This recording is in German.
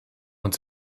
und